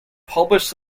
published